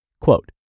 Quote